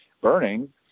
burning